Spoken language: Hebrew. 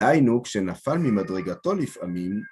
היינו, כשנפל ממדרגתו לפעמים,